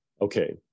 okay